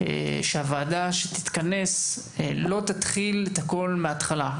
שהוועדה שתתכנס לא תתחיל את הכול מההתחלה,